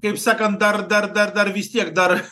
kaip sakant dar dar dar dar vis tiek dar